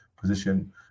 position